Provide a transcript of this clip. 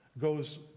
goes